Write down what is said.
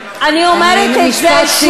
אומרים לך,